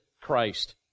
Christ